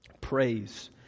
praise